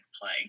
play